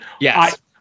Yes